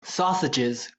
sausages